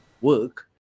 work